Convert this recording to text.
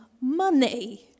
money